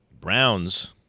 Browns